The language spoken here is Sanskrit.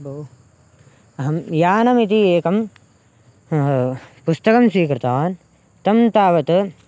भोः अहं यानम् इति एकं पुस्तकं स्वीकृतवान् तं तावत्